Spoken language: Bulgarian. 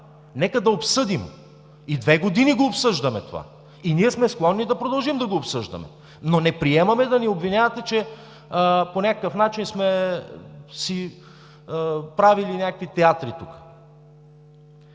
„Нека да обсъдим!“ Две години обсъждаме това и ние сме склонни да продължим да го обсъждаме, но не приемаме да ни обвинявате, че по някакъв начин сме си правили някакви театри тук.